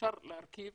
אפשר להרכיב